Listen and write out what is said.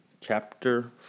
Chapter